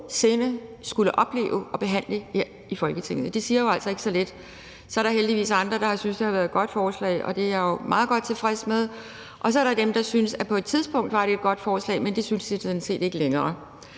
skulle opleve at behandle her i Folketinget. Det siger jo altså ikke så lidt. Så er der heldigvis andre, der har syntes, det har været et godt forslag, og det er jeg meget godt tilfreds med. Så er der dem, der synes, at det på et tidspunkt var et godt forslag, men det synes de sådan set så ikke længere.